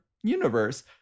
universe